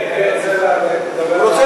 אני רוצה